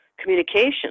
communication